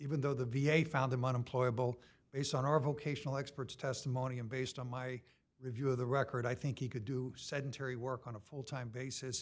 even though the v a found him on employer bill based on our vocational experts testimony and based on my review of the record i think he could do sedentary work on a full time basis